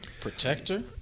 protector